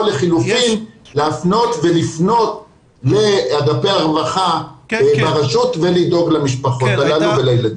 לחלופין להפנות ולפנות לאגפי הרווחה ברשות ולדאוג למשפחות הללו ולילדים.